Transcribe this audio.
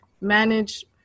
manage